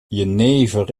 jenever